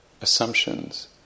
assumptions